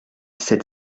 sept